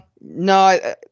No